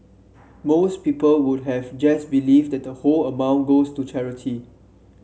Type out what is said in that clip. most people would have just believed that the whole amount goes to charity